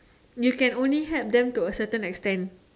you can only help them to a certain extent